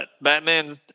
Batman